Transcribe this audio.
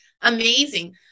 amazing